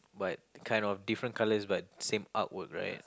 but kind of different colour buts same artwork right